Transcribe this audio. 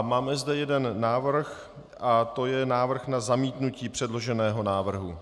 Máme zde jeden návrh a to je návrh na zamítnutí předloženého návrhu.